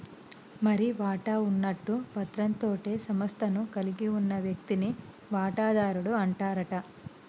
మరి వాటా ఉన్నట్టు పత్రం తోటే సంస్థను కలిగి ఉన్న వ్యక్తిని వాటాదారుడు అంటారట